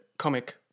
Comic